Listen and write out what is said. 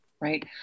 Right